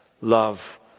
love